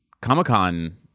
Comic-Con